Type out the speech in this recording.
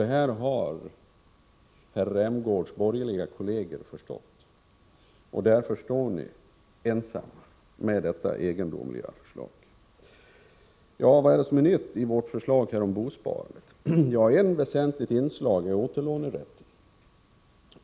Det har herr Rämgårds borgerliga kolleger förstått, och därför är ni ensamma om detta egendomliga förslag. Vad är det som är nytt i vårt förslag om bosparande? Ja, ett väsentligt inslag är återlånerätten.